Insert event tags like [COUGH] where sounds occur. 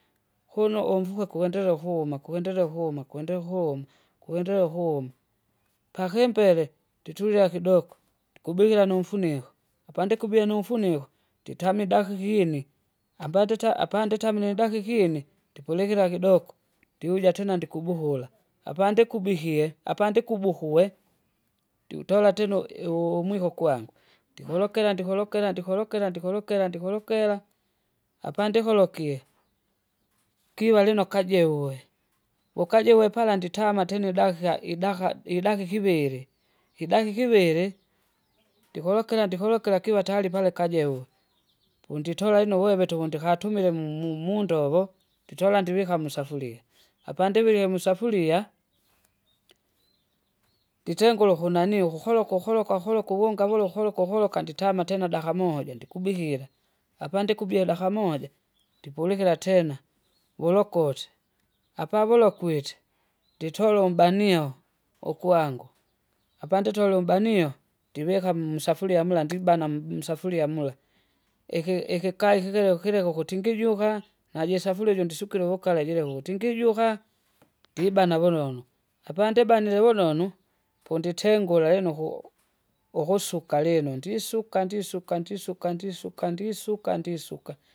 Kuno umvuke ukuendelea ukuma ukuendelea ukuma kuendelee ukuma, kuendelee ukuma, pakimpele nditulia kidoko, ndikubikira numfuniko, apandikubie numfuniko, nditama idakika ini, ambandita apandita muni idakika ini, ndipulikira kidoko, ndiuja tena ndikubuhula apandikubihie apandikubuhuwe, ndiutola tino iu- umwiko kwangu, ndiholokera ndiholokera ndihorokera ndiholokera ndiholokera! apandiholokie [NOISE] kila lino akajeuwe [NOISE] wukaji uwe pala nditamati ine dakika idaka- idakika ivili, [NOISE] idakika ivili, [NOISE] ndiholokera ndiholokera kiva tayari pale kajewu, [NOISE] ponditola lino bweve tuku ndikatumile mu- mu- mundovo, [NOISE] nditola ndivika musafuria, [NOISE] apandivike musafuriya. [NOISE] Nditengule ukunanii ukukoloka ukukoloka ukoloka uvunga vula uholoka uholoka nditama tena tena daka moja, [NOISE] apandikubye daka moja [NOISE] ndipulikira tena, wulokose, apavulokwite, [NOISE] nditole umbanio, ukwangu [NOISE] apanditole umbanio, ndivika musafuria mula ndibana mu- msafuria mula. Iki- ikikai kikile kileka ukutingijugha [NOISE] najisafuria iju ndisukile uvukala jira utingijuga, ndibana vunonu, apandibanile vunonu, ponditengura lino uku- ukusuka lino ndisuka ndisuka ndisuka ndisuka ndisuka ndisuka.